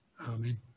Amen